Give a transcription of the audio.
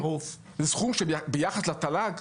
זה סכום שביחס לתל"ג,